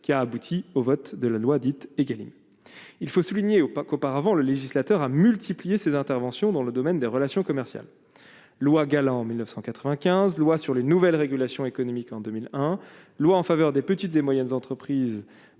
qui a abouti au vote de la loi dite également, il faut souligner opaque, auparavant, le législateur a multiplié ses interventions dans le domaine des relations commerciales loi Galland 1995 loi sur les nouvelles régulations économiques en 2001 loi en faveur des petites et moyennes entreprises